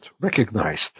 recognized